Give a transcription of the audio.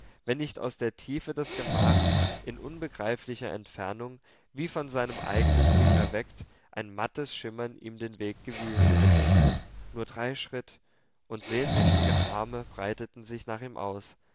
wenn nicht aus der tiefe des gemachs in unbegreiflicher entfernung wie von seinem eignen blick erweckt ein mattes schimmern ihm den weg gewiesen hätte nur drei schritt und sehnsüchtige arme breiteten sich nach ihm aus